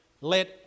let